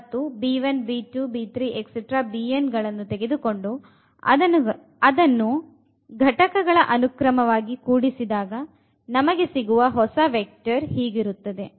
ಈಗ V ಅಲ್ಲಿನ ಎರೆಡು ಎಲಿಮೆಂಟ್ಸ್ ಗಳನ್ನೂ ತೆಗೆದುಕೊಂಡು ಅದನ್ನುಘಟಕಗಳ ಅನುಕ್ರಮವಾಗಿ ಕೂಡಿಸಿದಾಗ ನಮಗೆ ಸಿಗುವ ಹೊಸ ವೆಕ್ಟರ್ ಹೀಗಿರುತ್ತದೆ